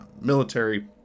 military